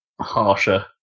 harsher